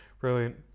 brilliant